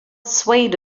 swayed